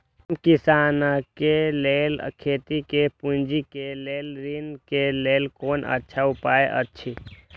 हम किसानके लेल खेती में पुंजी के लेल ऋण के लेल कोन अच्छा उपाय अछि?